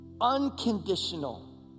unconditional